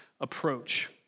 approach